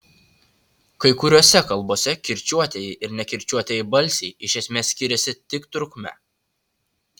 kai kuriose kalbose kirčiuotieji ir nekirčiuotieji balsiai iš esmės skiriasi tik trukme